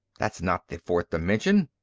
that's not the fourth dimension,